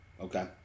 Okay